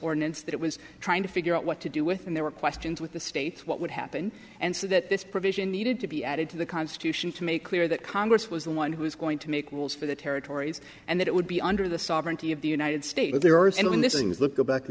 ordinance that it was trying to figure out what to do with and there were questions with the states what would happen and so that this provision needed to be added to the constitution to make clear that congress was the one who is going to make rules for the territories and that it would be under the sovereignty of the united states but there are some in this ng is the go back to